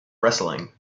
wrestling